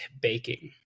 baking